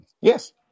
Yes